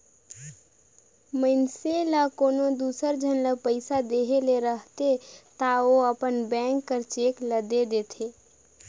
मइनसे ल कोनो दूसर झन ल पइसा देहे ले रहथे ता ओ अपन बेंक कर चेक ल दे देथे